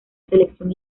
selección